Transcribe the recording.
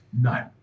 No